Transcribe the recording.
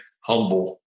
humble